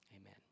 Amen